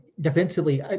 defensively